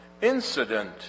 incident